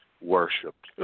worshipped